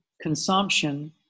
consumption